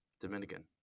Dominican